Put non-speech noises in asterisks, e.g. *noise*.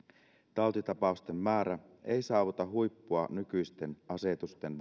tautitapausten määrä ei saavuta huippua nykyisten asetusten *unintelligible*